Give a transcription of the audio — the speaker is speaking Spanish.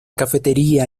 cafetería